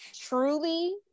truly